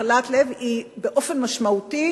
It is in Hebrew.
באופן משמעותי